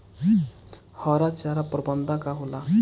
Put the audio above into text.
हरा चारा प्रबंधन का होला?